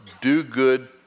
do-good